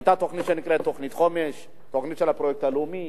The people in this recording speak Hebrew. היתה תוכנית חומש, תוכנית של הפרויקט הלאומי,